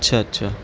اچھا اچھا